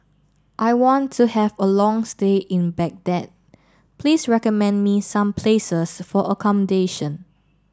I want to have a long stay in Baghdad please recommend me some places for accommodation